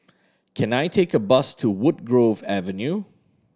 can I take a bus to Woodgrove Avenue